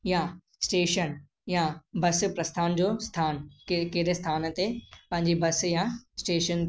या स्टेशन या बस प्रस्थान जो स्थान कहिड़े कहिड़े स्थान ते पंहिंजी बस या स्टेशन